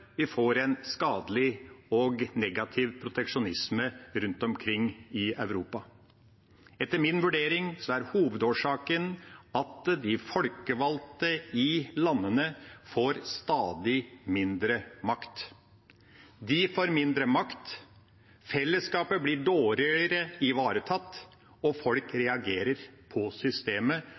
vi får en skadelig og negativ proteksjonisme rundt omkring i Europa. Etter min vurdering er hovedårsaken at de folkevalgte i landene får stadig mindre makt. De får mindre makt. Fellesskapet blir dårligere ivaretatt, og folk reagerer på systemet,